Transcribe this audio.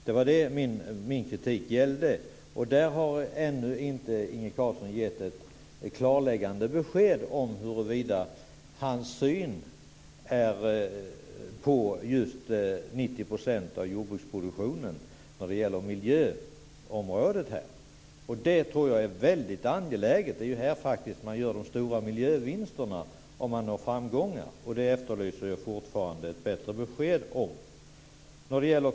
Där har Inge Carlsson ännu inte gett ett klargörande besked om hur han ser på de 90 procenten av jordbruksproduktionen när det gäller miljöområdet. Jag tror att det är något som är mycket angeläget. Det är ju där som man gör de stora miljövinsterna om man når framgång. Där efterlyser jag alltså fortfarande ett bättre besked.